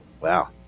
Wow